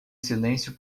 silêncio